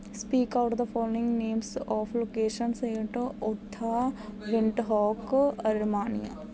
speak out the following names of locations at ਓਥਾ ਵਿੰਟ ਹੋਕ ਅਰਮਾਨੀਆਂ